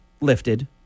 lifted